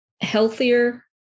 healthier